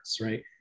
right